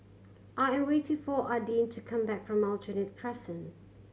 I am waiting for Adin to come back from Aljunied Crescent